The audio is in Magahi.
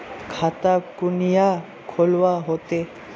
खाता कुनियाँ खोलवा होते?